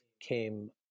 came